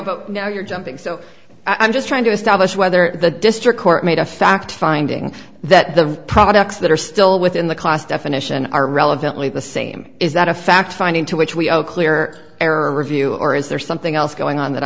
but now you're jumping so i'm just trying to establish whether the district court made a fact finding that the products that are still within the class definition are relevantly the same is that a fact finding to which we are clear error review or is there something else going on that